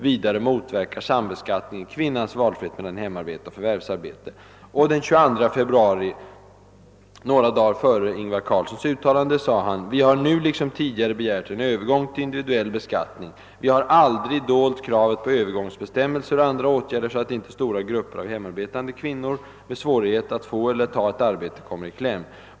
Vidare motverkar sambeskattningen kvinnans valfrihet mellan hemarbete och förvärvsarbete.» Den 22 februari, några dagar före Ingvar Carlssons uttalande, sade han: »Vi har nu liksom tidigare begärt en övergång till individuell beskattning. Vi har aldrig dolt kravet på övergångsbestämmelser och andra åtgärder så att icke stora grupper av hemarbetande kvinnor med svårighet att få eller ta ett arbetet kommer i kläm.